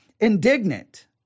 indignant